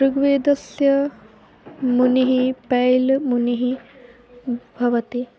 ऋग्वेदस्य मुनिः पैलमुनिः भवति